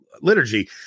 liturgy